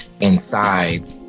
inside